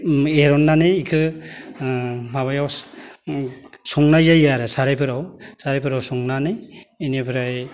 एरननानै बेखौ माबायाव संनाय जायो आरो सारायफोराव सारायफोराव संनानै बेनिफ्राय